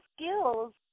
skills